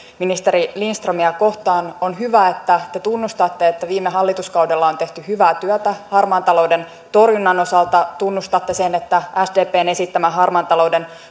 ministeri lindströmiä kohtaan on hyvä että te tunnustatte että viime hallituskaudella on tehty hyvää työtä harmaan talouden torjunnan osalta tunnustatte sen että sdpn esittämä harmaan talouden